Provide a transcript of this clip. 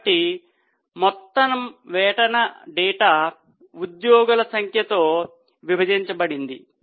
కాబట్టి మొత్తం వేతన డేటా ఉద్యోగుల సంఖ్యతో విభజించబడింది